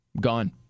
Gone